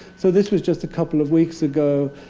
so this was just a couple of weeks ago.